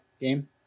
game